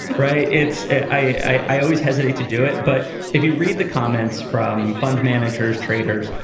right it's i i always hesitate to do it but if you read the comments from fund managers, traders,